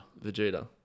Vegeta